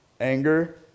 Anger